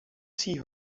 see